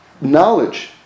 knowledge